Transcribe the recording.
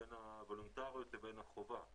בין הוולונטריות לבין החובה.